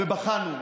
ובחנו.